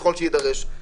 ככל שיידרש.